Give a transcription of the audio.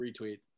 Retweet